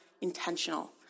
intentional